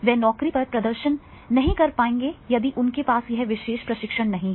वे नौकरी पर प्रदर्शन नहीं कर पाएंगे यदि उनके पास यह विशेष प्रशिक्षण नहीं है